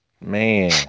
Man